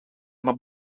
mijn